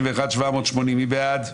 מתייחסת להסתייגויות 720-701, מי בעד?